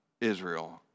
Israel